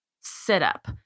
sit-up